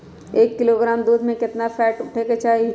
एक किलोग्राम दूध में केतना फैट उठे के चाही?